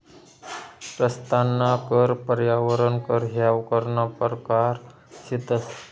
रस्ताना कर, पर्यावरण कर ह्या करना परकार शेतंस